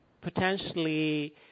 potentially